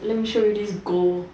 let me show you this gold